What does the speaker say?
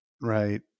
right